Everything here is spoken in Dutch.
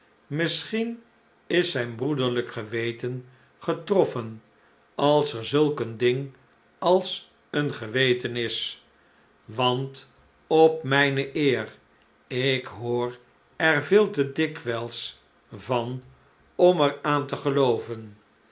misschien is zijn broederlijk geweten getroffen als er zulk een ding als een geweten is want op mijne eer ik hoor er veel te dikwijls van om er aan te gelooven